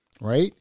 Right